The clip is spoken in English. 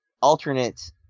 alternate